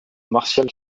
martial